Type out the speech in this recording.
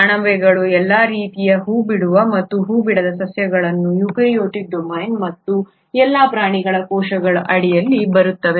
ಅಣಬೆಗಳು ಎಲ್ಲಾ ರೀತಿಯ ಹೂಬಿಡುವ ಮತ್ತು ಹೂಬಿಡದ ಸಸ್ಯಗಳು ಯುಕ್ಯಾರಿಯೋಟಿಕ್ ಡೊಮೇನ್ ಮತ್ತು ಎಲ್ಲಾ ಪ್ರಾಣಿ ಕೋಶಗಳ ಅಡಿಯಲ್ಲಿ ಬರುತ್ತವೆ